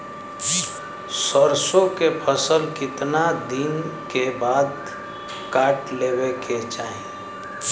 सरसो के फसल कितना दिन के बाद काट लेवे के चाही?